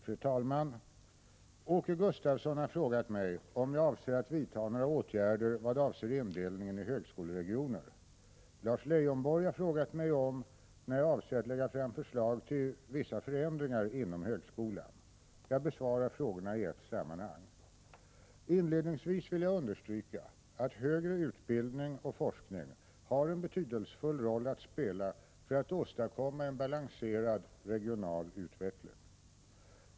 Fru talman! Åke Gustavsson har frågat mig om jag avser att vidta några åtgärder vad avser indelningen i högskoleregioner. Lars Leijonborg har frågat mig när jag avser att lägga fram förslag till vissa förändringar inom högskolan. Jag besvarar frågorna i ett sammanhang. Inledningsvis vill jag understryka att högre utbildning och forskning har en betydelsefull roll att spela för att åstadkomma en balanserad regional utveckling.